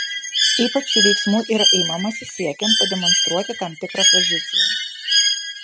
ypač šių veiksmų yra imamasi siekiant pademonstruoti tam tikrą poziciją